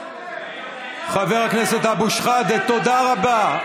חבר הכנסת אבו שחאדה, תודה רבה.